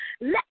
let